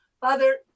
Father